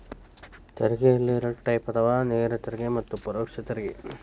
ತೆರಿಗೆಯಲ್ಲಿ ಎರಡ್ ಟೈಪ್ ಅದಾವ ನೇರ ತೆರಿಗೆ ಮತ್ತ ಪರೋಕ್ಷ ತೆರಿಗೆ